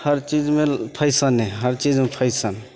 हर चीजमे फैशने हर चीजमे फैशन